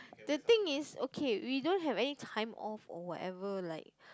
the thing is okay we don't have any time off or whatever like